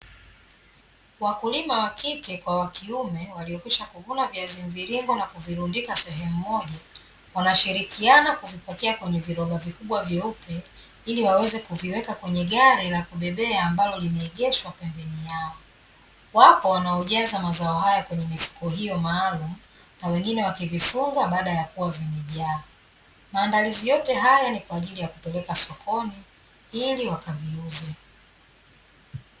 Wakulima wa kike kwa wa kiume waliokwisha kuvuna viazi mviringo na kuvirundika sehemu moja wanashirikiana kuvipokea kwenye viroba vikubwa vyeupe ili waweze kuviweka kwenye gari la kubebea ambalo limeegeshwa pembeni yao, wapo wanaojaza mazao haya kwenye mifuko hiyo maalum na wengine wakivifunga baada ya kuwa vimejaa, maandalizi yote haya ni kwa ajili ya kupeleka sokoni ili wakaviuze.